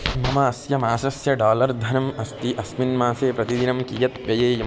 मम अस्य मासस्य डालर् धनम् अस्ति अस्मिन् मासे प्रतिदिनं कियत् व्ययेयम्